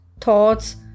thoughts